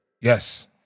Yes